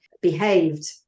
behaved